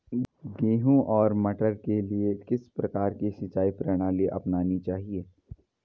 गेहूँ और मटर के लिए किस प्रकार की सिंचाई प्रणाली अपनानी चाहिये?